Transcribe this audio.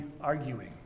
arguing